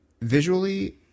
visually